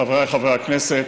חבריי חברי הכנסת,